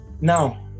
Now